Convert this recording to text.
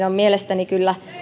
on mielestäni kyllä